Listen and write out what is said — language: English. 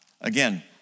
Again